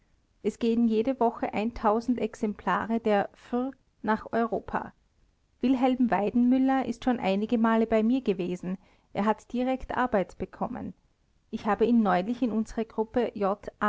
es gehen jede woche exemplare der fr nach europa wilhelm weidenmüller ist schon einige male bei mir gewesen er hat direkt arbeit bekommen ich habe ihn neulich in unsere gruppe